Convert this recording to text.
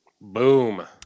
Boom